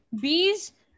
bees